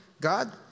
God